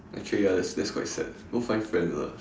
actually ya that's that's quite sad go find friends ah